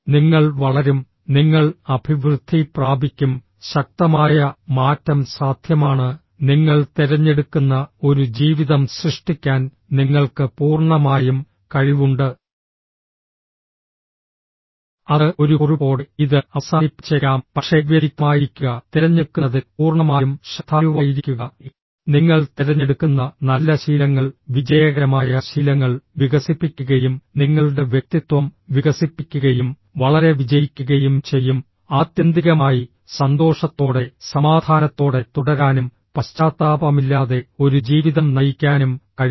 നിങ്ങൾ വളരും നിങ്ങൾ അഭിവൃദ്ധി പ്രാപിക്കും ശക്തമായ മാറ്റം സാധ്യമാണ് നിങ്ങൾ തിരഞ്ഞെടുക്കുന്ന ഒരു ജീവിതം സൃഷ്ടിക്കാൻ നിങ്ങൾക്ക് പൂർണ്ണമായും കഴിവുണ്ട് അത് ഒരു കുറിപ്പോടെ ഇത് അവസാനിപ്പിച്ചേക്കാം പക്ഷേ വ്യതിരിക്തമായിരിക്കുക തിരഞ്ഞെടുക്കുന്നതിൽ പൂർണ്ണമായും ശ്രദ്ധാലുവായിരിക്കുക നിങ്ങൾ തിരഞ്ഞെടുക്കുന്ന നല്ല ശീലങ്ങൾ വിജയകരമായ ശീലങ്ങൾ വികസിപ്പിക്കുകയും നിങ്ങളുടെ വ്യക്തിത്വം വികസിപ്പിക്കുകയും വളരെ വിജയിക്കുകയും ചെയ്യും ആത്യന്തികമായി സന്തോഷത്തോടെ സമാധാനത്തോടെ തുടരാനും പശ്ചാത്താപമില്ലാതെ ഒരു ജീവിതം നയിക്കാനും കഴിയും